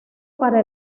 para